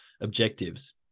objectives